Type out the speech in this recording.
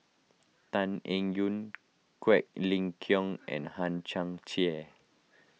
Tan Eng Yoon Quek Ling Kiong and Hang Chang Chieh